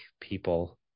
people